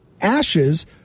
ashes